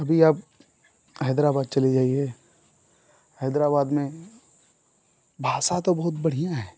अभी आप हैदराबाद चले जाइए हैदराबाद में भाषा तो बहुत बढ़िया है